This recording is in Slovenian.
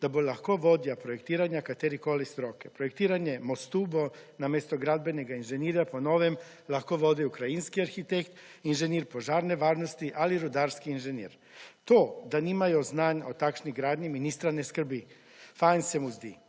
da bo lahko vodja projektiranja katerikoli stroke. Projektiranje mostu bo namesto gradbenega inženirja po novem lahko vodil krajinski arhitekt, inženir požarne varnosti ali rudarski inženir. To, da nimajo znanj o takšni gradnji ministra ne skrbi. Fino se mu zdi.